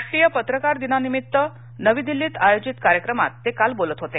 राष्ट्रीय पत्रकार दिनानिमित्त नवी दिल्लीत आयोजित कार्यक्रमात ते काल बोलत होते